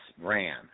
ran